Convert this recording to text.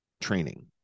training